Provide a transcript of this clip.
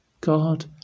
God